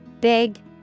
Big